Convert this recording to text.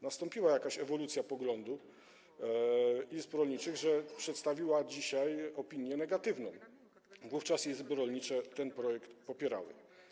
Nastąpiła jakaś ewolucja poglądu izb rolniczych, że przedstawiły dzisiaj opinię negatywną, bo wówczas izby rolnicze ten projekt popierały.